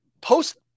post